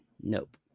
Nope